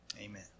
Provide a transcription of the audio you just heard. Amen